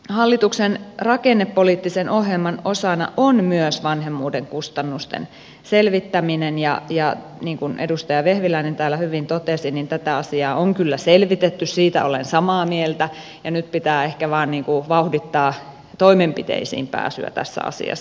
hallituksen rakennepoliittisen ohjelman osana on myös vanhemmuuden kustannusten selvittäminen ja niin kuin edustaja vehviläinen täällä hyvin totesi niin tätä asiaa on kyllä selvitetty siitä olen samaa mieltä ja nyt pitää ehkä vain vauhdittaa toimenpiteisiin pääsyä tässä asiassa